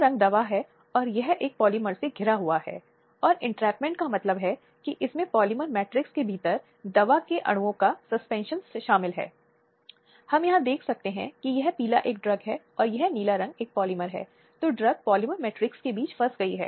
अब यह एक समय में एक बहुत ही गंभीर मुद्दा है और यहां तक कि कई बार वर्तमान समय में यह कुछ नहीं है